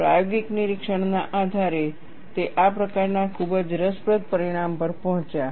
પ્રાયોગિક નિરીક્ષણના આધારે તે આ પ્રકારના ખૂબ જ રસપ્રદ પરિણામ પર પહોંચ્યા